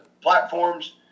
platforms